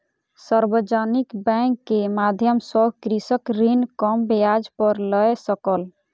सार्वजानिक बैंक के माध्यम सॅ कृषक ऋण कम ब्याज पर लय सकल